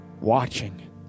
watching